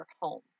home